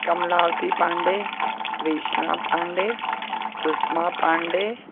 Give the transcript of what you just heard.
Kamalavati Pandey Krishna Pandey Sushma Pandey